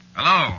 Hello